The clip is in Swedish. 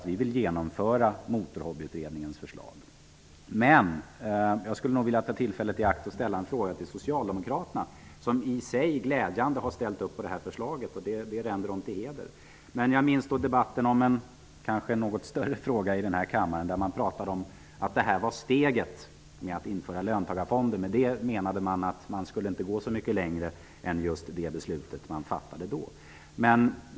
Vi vill genomföra Motorhobbyutredningens förslag. Socialdemokraterna har glädjande nog ställt upp på detta förslag. Det länder dem till heder. Men jag minns debatten om en något större fråga i denna kammare. Man pratade om steget att införa löntagarfonder. Med det menade man att man inte skulle gå så mycket längre än man gjorde med det beslut som då fattades.